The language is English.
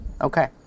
okay